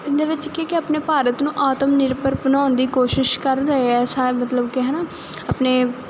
ਇਹਦੇ ਵਿੱਚ ਕੀ ਕਿ ਆਪਣੇ ਭਾਰਤ ਨੂੰ ਆਤਮ ਨਿਰਭਰ ਬਣਾਉਣ ਦੀ ਕੋਸ਼ਿਸ਼ ਕਰ ਰਹੇ ਹੈ ਸਰਕਾਰ ਮਤਲਬ ਕਿ ਹਨਾ ਆਪਣੇ